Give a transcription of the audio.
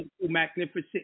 magnificent